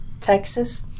Texas